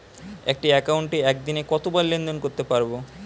একটি একাউন্টে একদিনে কতবার লেনদেন করতে পারব?